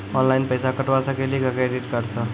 Online पैसा कटवा सकेली का क्रेडिट कार्ड सा?